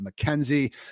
McKenzie